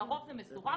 לרוב זה מסורב,